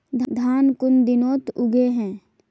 धान कुन दिनोत उगैहे